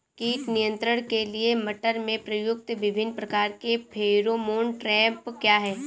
कीट नियंत्रण के लिए मटर में प्रयुक्त विभिन्न प्रकार के फेरोमोन ट्रैप क्या है?